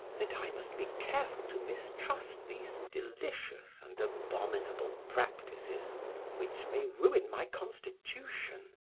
that i must be careful to mistrust these delicious and abominable practices which may ruin my constitution.